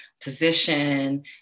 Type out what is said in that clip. position